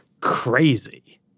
crazy